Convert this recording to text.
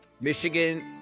michigan